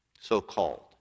so-called